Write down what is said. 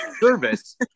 service